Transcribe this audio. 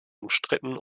umstritten